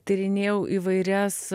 tyrinėjau įvairias